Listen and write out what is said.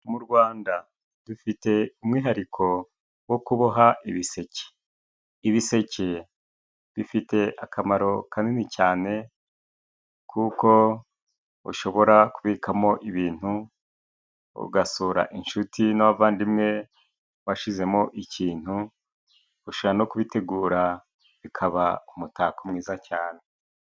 Mu Rwanda dufite umwihariko wo kuboha ibiseke. Ibiseke bifite akamaro kanini cyane kuko ushobora kubikamo ibintu, ugasura inshuti n'abavandimwe washizemo ikintu, ushobora no kubitegura bikaba umutako mwiza cyane.